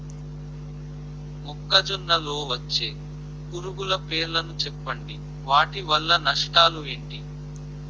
మొక్కజొన్న లో వచ్చే పురుగుల పేర్లను చెప్పండి? వాటి వల్ల నష్టాలు ఎంటి?